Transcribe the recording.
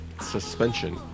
suspension